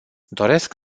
doresc